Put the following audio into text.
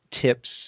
tips